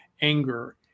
anger